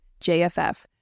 JFF